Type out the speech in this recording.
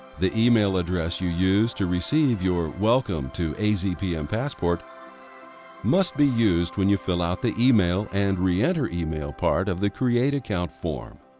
the email address you used and received your welcome to azpm passport must be used when you fill out the email. and re-enter email part of the create account form